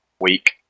Week